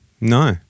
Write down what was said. No